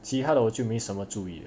其他的我就没什么注意